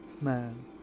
man